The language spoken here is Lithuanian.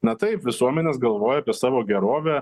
na taip visuomenės galvoja apie savo gerovę